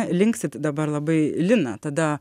liksit dabar labai lina tada